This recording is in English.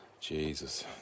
Jesus